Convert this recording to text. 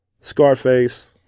Scarface